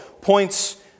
points